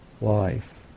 life